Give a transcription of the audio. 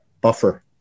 buffer